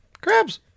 Crabs